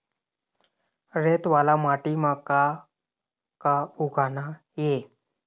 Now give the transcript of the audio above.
रेत वाला माटी म का का उगाना ये?